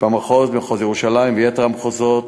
ירושלים וביתר המחוזות.